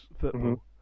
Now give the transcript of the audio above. football